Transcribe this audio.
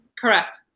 Correct